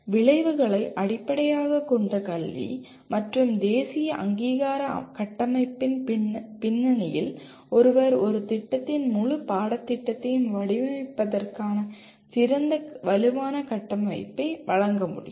விளைவுகளை அடிப்படையாகக் கொண்ட கல்வி மற்றும் தேசிய அங்கீகார கட்டமைப்பின் பின்னணியில் ஒருவர் ஒரு திட்டத்தின் முழு பாடத்திட்டத்தையும் வடிவமைப்பதற்கான சிறந்த வலுவான கட்டமைப்பை வழங்க முடியும்